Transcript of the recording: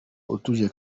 utuje